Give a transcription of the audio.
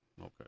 Okay